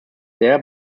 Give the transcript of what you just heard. there